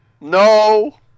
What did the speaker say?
no